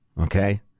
Okay